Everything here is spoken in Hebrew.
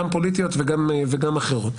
גם פוליטיות וגם אחרות.